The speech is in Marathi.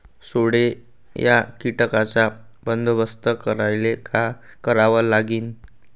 सोंडे या कीटकांचा बंदोबस्त करायले का करावं लागीन?